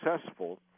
successful